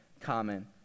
common